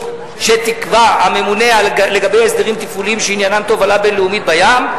שיקבע הממונה לגבי הסדרים תפעוליים שעניינם תובלה בין-לאומית בים.